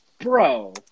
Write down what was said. bro